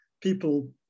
people